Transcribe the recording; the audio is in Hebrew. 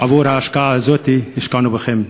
עבור ההשקעה הזאת, "השקענו בכם"?